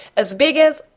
as big as?